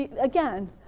again